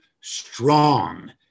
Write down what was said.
strong